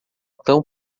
tão